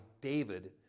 David